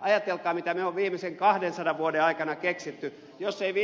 ajatelkaa mitä me olemme viimeisen kahdensadan vuoden aikana keksineet jos ei